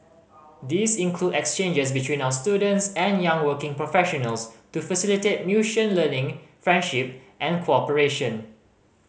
these include exchanges between our students and young working professionals to facilitate learning friendship and cooperation